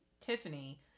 Tiffany